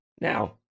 now